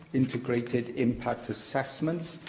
integrated impact assessments.